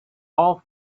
all